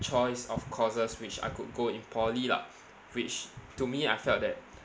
choice of courses which I could go in poly lah which to me I felt that